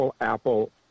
Apple